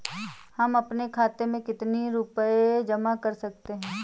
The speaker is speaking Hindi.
हम अपने खाते में कितनी रूपए जमा कर सकते हैं?